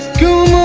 go